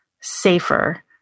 safer